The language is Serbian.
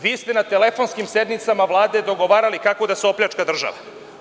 Vi ste na telefonskim sednicama Vlade dogovarali kako da se opljačka država.